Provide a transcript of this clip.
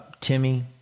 Timmy